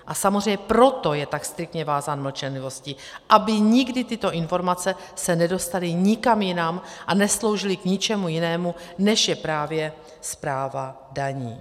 A samozřejmě proto je tak striktně vázán mlčenlivostí, aby se nikdy tyto informace nedostaly nikam jinam a nesloužily k ničemu jinému, než je právě správa daní.